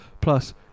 Plus